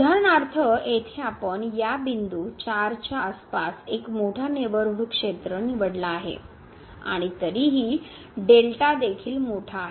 उदाहरणार्थ येथे आपण या बिंदू 4 च्या आसपास एक मोठा नेबरहूड क्षेत्र निवडला आहे आणि तरीही हा देखील मोठा आहे